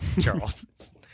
Charles